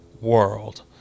world